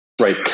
Right